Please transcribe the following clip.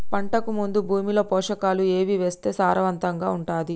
పంటకు ముందు భూమిలో పోషకాలు ఏవి వేస్తే సారవంతంగా ఉంటది?